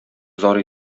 зар